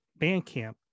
bandcamp